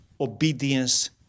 obedience